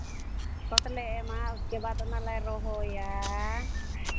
ᱠᱷᱚᱛ ᱞᱮ ᱮᱢᱟ ᱩᱥᱠᱮ ᱵᱟᱫ ᱚᱱᱟᱞᱮ ᱨᱚᱦᱚᱭᱟ